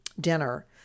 dinner